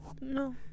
No